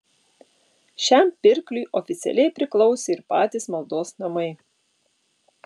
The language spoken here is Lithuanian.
šiam pirkliui oficialiai priklausė ir patys maldos namai